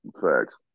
Facts